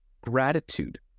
gratitude